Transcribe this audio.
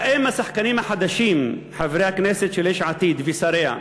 האם השחקנים החדשים, חברי הכנסת של יש עתיד ושריה,